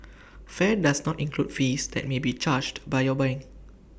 fare does not include fees that may be charged by your bank